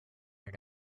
your